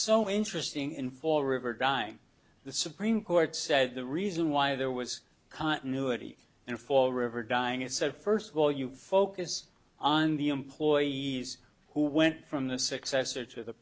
so interesting in four river dying the supreme court said the reason why there was continuity in fall river dying it said first of all you focus on the employees who went from the successor to the